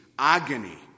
Agony